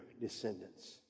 descendants